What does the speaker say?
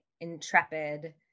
intrepid